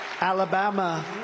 Alabama